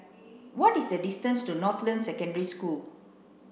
what is the distance to Northland Secondary School